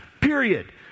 period